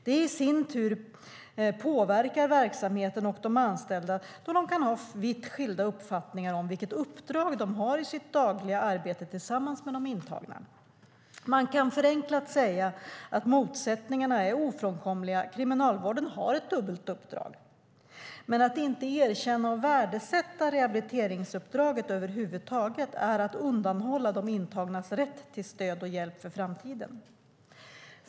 Det i sin tur påverkar verksamheten och de anställda, då de kan ha vitt skilda uppfattningar om vilket uppdrag de har i sitt dagliga arbete tillsammans med de intagna. Man kan förenklat säga att motsättningarna är ofrånkomliga - Kriminalvården har ett dubbelt uppdrag - men att inte erkänna och värdesätta rehabiliteringsuppdraget över huvud taget är att undanhålla de intagnas rätt till stöd och hjälp för framtiden.